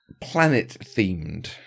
Planet-themed